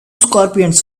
scorpions